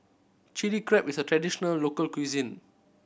Chili Crab is a traditional local cuisine